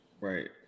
Right